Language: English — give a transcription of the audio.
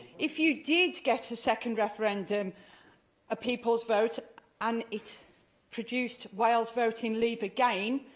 if you did get a second referendum a people's vote and it produced wales voting leave again,